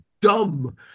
dumb